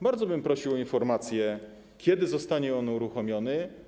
Bardzo bym prosił o informację, kiedy zostanie on uruchomiony.